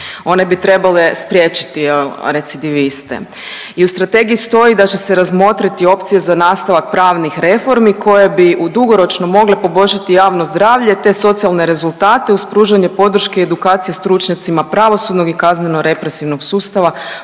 One bi trebale spriječiti jel recidiviste. I u strategiji stoji da će se razmotriti opcije za nastavak pravnih reforme koje bi u dugoročno mogle poboljšati javno zdravlje te socijalne rezultate uz pružanje podrške edukacije stručnjacima pravosudnog i kazneno represivnog sustava